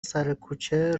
سرکوچه